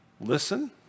Listen